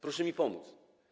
Proszę mi pomóc!